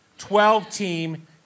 12-team